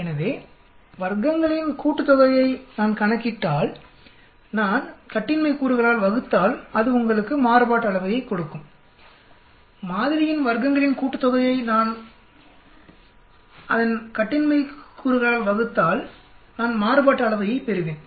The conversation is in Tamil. எனவே வர்க்கங்களின் கூட்டுத்தொகையை நான் கணக்கிட்டால்நான் கட்டின்மை கூறுகளால் வகுத்தால் அது உங்களுக்கு மாறுபாட்டு அளவையைக் கொடுக்கும்மாதிரியின் வர்க்கங்களின் கூட்டுத்தொகையை அதன் கட்டினமாய் கூறுகளால் வகுத்தால்நான் மாறுபாட்டு அளவையைப் பெறுவேன்